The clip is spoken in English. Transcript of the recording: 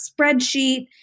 spreadsheet